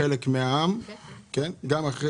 אין מספיק דגש